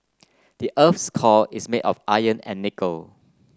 the earth's core is made of iron and nickel